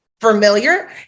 familiar